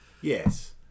Yes